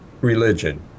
religion